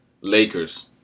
Lakers